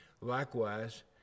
Likewise